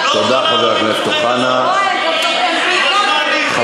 לא כל הערבים תומכי טרור, תודה, חבר הכנסת אוחנה.